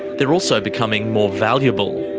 they're also becoming more valuable.